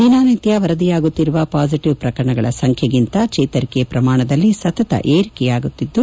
ದಿನನಿತ್ತ ವರದಿಯಾಗುತ್ತಿರುವ ಪಾಸಿಟವ್ ಪ್ರಕರಣಗಳ ಸಂಖ್ಲೆಗಿಂತ ಚೇತರಿಕೆ ಪ್ರಮಾಣದಲ್ಲಿ ಸತತ ಏರಿಕೆ ಕಂಡುಬರುತ್ತಿದ್ದು